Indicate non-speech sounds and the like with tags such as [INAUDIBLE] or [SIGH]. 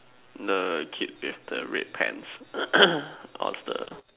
the kid with the red pants [COUGHS] of the